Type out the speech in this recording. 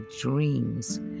dreams